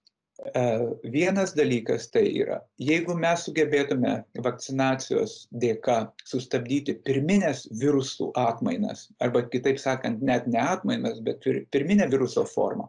e vienas dalykas tai yra jeigu mes sugebėtume vakcinacijos dėka sustabdyti pirmines virusų atmainas arba kitaip sakant net ne atmainas bet ir pirminę viruso formą